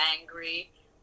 angry